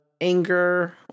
anger